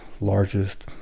largest